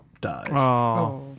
dies